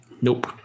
Nope